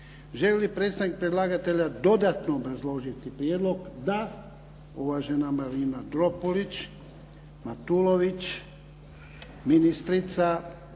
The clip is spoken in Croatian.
Želi li predstavnik predlagatelja dodatno obrazložiti prijedlog? Da. Uvažena Marina Matulović Dropulić, ministrica